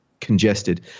congested